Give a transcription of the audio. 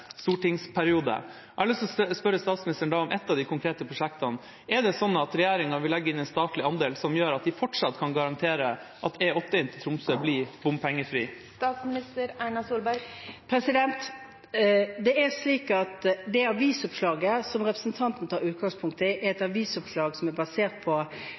stortingsperiode. Jeg har lyst til å spørre statsministeren om ett av de konkrete prosjektene: Er det sånn at regjeringa vil legge inn en statlig andel som gjør at de fortsatt kan garantere at E8 inn til Tromsø blir bompengefri? Det avisopplaget som representanten tar utgangspunkt i, er et avisoppslag som er basert på